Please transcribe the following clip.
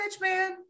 Man